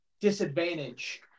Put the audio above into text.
disadvantage